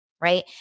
right